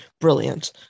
brilliant